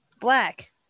Black